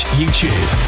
youtube